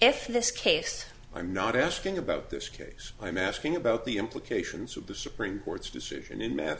if this case i'm not asking about this case i'm asking about the implications of the supreme court's decision in mat